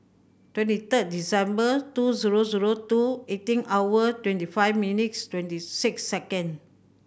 twenty third December two zero zero two eighteen hour twenty five minutes twenty six second